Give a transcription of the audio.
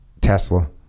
Tesla